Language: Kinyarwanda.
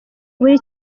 buri